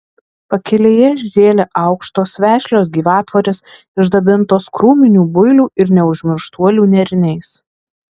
pakelėje žėlė aukštos vešlios gyvatvorės išdabintos krūminių builių ir neužmirštuolių nėriniais